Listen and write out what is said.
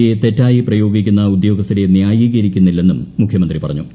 A തെറ്റായി പ്രയോഗിക്കുന്ന ഉദ്യോഗസ്ഥരെ ന്യായീകരിക്കുന്നില്ലെന്നും മുഖ്യമന്ത്രി പറഞ്ഞു